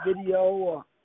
video